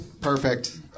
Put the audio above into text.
Perfect